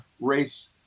race